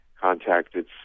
contacted